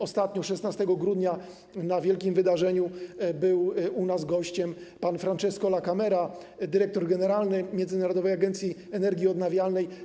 Ostatnio 16 grudnia na wielkim wydarzeniu był u nas gościem pan Francesco La Camera, dyrektor generalny Międzynarodowej Agencji Energii Odnawialnej.